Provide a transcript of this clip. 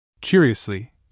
Curiously